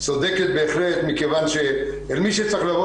צודקת בהחלט, מכיוון שאל מי שצריך לבוא